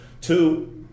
Two